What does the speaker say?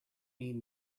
mean